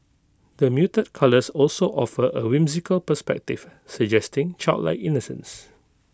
the muted colours also offer A whimsical perspective suggesting childlike innocence